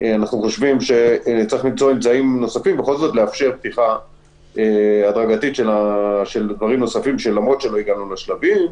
שצריך לאפשר פתיחה הדרגתית של דברים מסוימים,